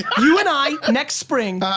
you and i ah next spring,